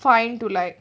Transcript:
fine to like